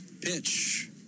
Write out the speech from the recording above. Pitch